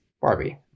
Barbie